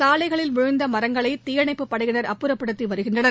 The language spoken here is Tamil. சாலைகளில் விழுந்த மரங்களை தீயணைப்புப் படையினர் அப்புறப்படுத்தி வருகின்றனர்